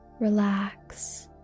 Relax